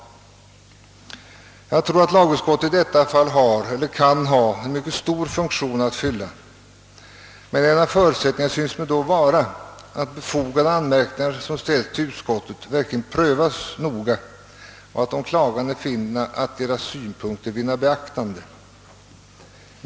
Jag tror att lagutskottet i detta fall har eller kan ha en mycket stor funktion att fylla, men en av förutsättningarna synes mig i så fall vara att befogade anmärkningar som ställs till utskottet verkligen prövas noga, och att de klagande finner att deras synpunkter vinner beaktande.